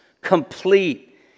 complete